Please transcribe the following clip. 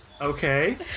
Okay